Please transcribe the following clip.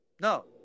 No